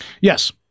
Yes